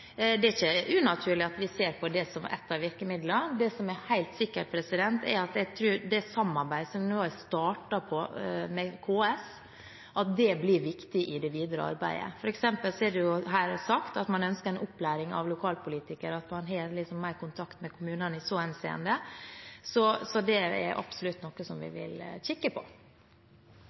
er ikke unaturlig at vi ser på det som ett av virkemidlene. Det som er helt sikkert, er at det samarbeidet som nå er startet med KS, blir viktig i det videre arbeidet. For eksempel er det her sagt at man ønsker en opplæring av lokalpolitikere, at man har mer kontakt med kommunene i så henseende. Så dette er absolutt noe som vi